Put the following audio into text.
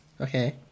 Okay